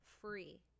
free